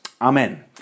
Amen